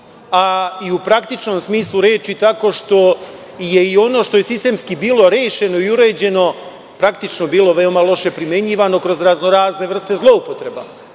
a i u praktičnom smislu reči, tako što je i ono što je sistemski bilo rešeno i uređeno je praktično bilo veoma loše primenjivano kroz razno razne vrste zloupotreba,